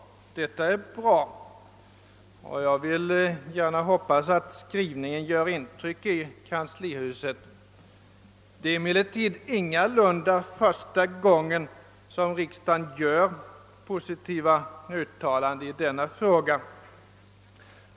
Detta är bra, och jag vill gärna hoppas att skrivningen gör intryck i kanslihuset. Det är emellertid ingalunda första gången som riksdagen gör positiva uttalanden i denna fråga.